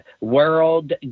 world